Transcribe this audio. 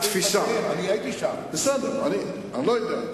אני לא יודע,